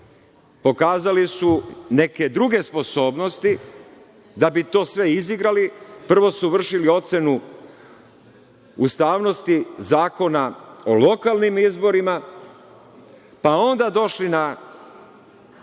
pokazali su neke druge sposobnosti da bi to sve izigrali, prvo su vršili ocenu ustavnosti Zakona o lokalnim izborima, pa onda došli na